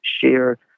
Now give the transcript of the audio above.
share